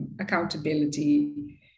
accountability